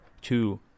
two